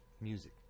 music